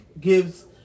gives